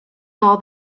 saw